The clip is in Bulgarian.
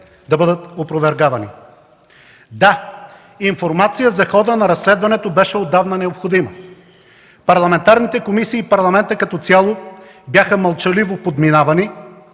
да бъдат опровергавани. Да, информация за хода на разследването беше отдавна необходима. Парламентарните комисии и Парламентът като цяло бяха мълчаливо подминавани,